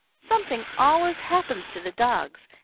something always happened to the dogs,